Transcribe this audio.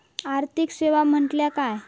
आर्थिक सेवा म्हटल्या काय?